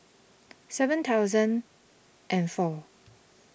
seven thousand and four